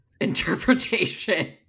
interpretation